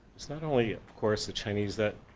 it's not only of course, the chinese that,